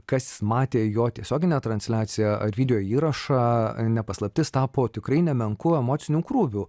kas matė jo tiesioginę transliaciją ar videoįrašą ne paslaptis tapo tikrai nemenku emociniu krūviu